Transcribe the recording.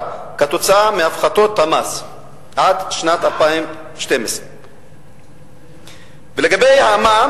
כתוצאה מהפחתות המס עד שנת 2012. לגבי המע"מ,